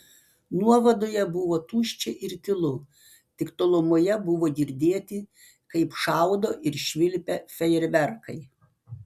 nuovadoje buvo tuščia ir tylu tik tolumoje buvo girdėti kaip šaudo ir švilpia fejerverkai